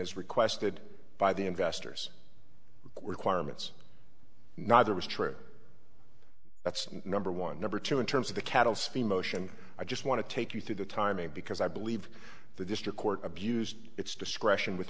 and as requested by the investors were quire mit's neither was true that's number one number two in terms of the cattle sfi motion i just want to take you through the timing because i believe the district court abused its discretion with